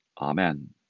Amen